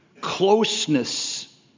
closeness